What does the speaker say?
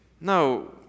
no